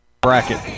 bracket